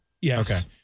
Yes